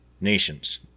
nations